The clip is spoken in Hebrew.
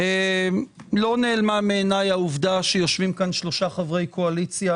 לא נעלמה מעיניי העובדה שיושבים פה שלושה חברי קואליציה